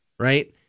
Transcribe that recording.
Right